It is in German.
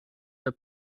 der